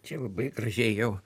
čia labai gražiai jau